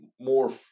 more